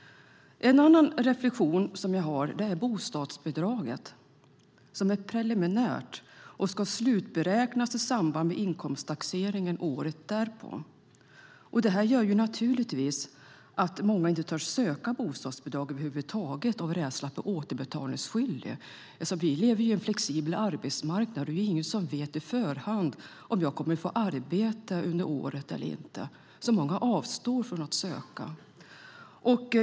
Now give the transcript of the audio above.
En annan reflexion som jag har gäller bostadsbidraget som är preliminärt och ska slutberäknas i samband med inkomsttaxeringen året därpå. Det gör naturligtvis att många inte törs söka bostadsbidrag över huvud taget av rädsla för att bli återbetalningsskyldiga. Vi har ju en flexibel arbetsmarknad, och det är ingen som vet på förhand om man kommer att få arbete under året eller inte, så många avstår från att söka bostadsbidrag.